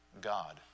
God